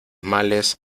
males